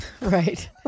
Right